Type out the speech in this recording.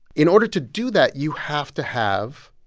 in order to do that, you have to have